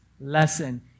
lesson